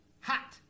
hot